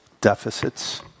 deficits